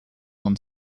won